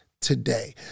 today